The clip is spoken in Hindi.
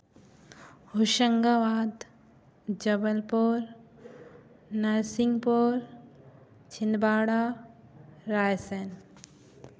होशंगाबाद जबलपुर नरसिंहपुर छिन्दबाड़ा रायसन